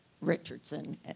Richardson